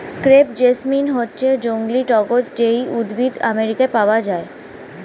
crepe jasmine হচ্ছে জংলী টগর যেই উদ্ভিদ আমেরিকায় পাওয়া যায়